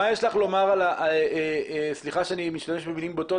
מה יש לך לומר סליחה שאני משתמש במלים בוטות